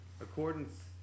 accordance